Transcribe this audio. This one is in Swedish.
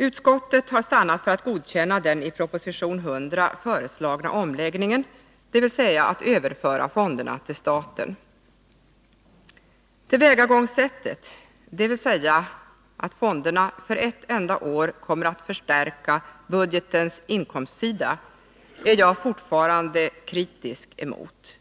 Utskottet har stannat för att godkänna den i proposition 100 föreslagna omläggningen, dvs. att överföra fonderna till staten. Tillvägagångssättet, att fonderna för ett enda år kommer att förstärka budgetens inkomstsida, är jag fortfarande kritisk emot.